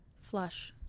Flush